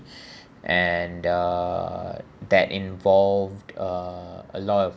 and uh that involved uh a lot of